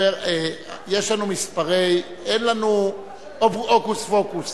יש לנו מספרי, אין לנו הוקוס פוקוס.